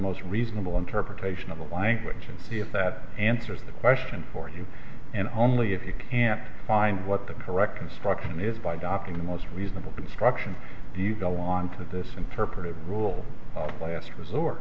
most reasonable interpretation of the language and see if that answers the question for you and only if you can't find what the correct construction is by docking the most reasonable construction do you belong to this interpretive rule of last resort